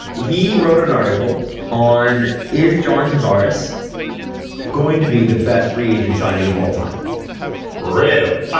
he wrote an article on is john tavares going to be the best free agent signing of all time really?